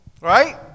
right